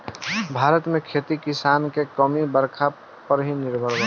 भारत में खेती किसानी के काम बरखा पर ही निर्भर करेला